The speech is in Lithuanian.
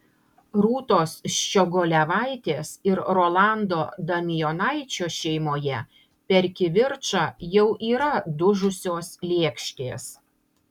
rūtos ščiogolevaitės ir rolando damijonaičio šeimoje per kivirčą jau yra dužusios lėkštės